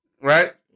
Right